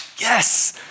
yes